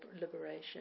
liberation